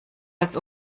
als